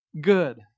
good